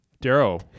Darrow